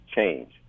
Change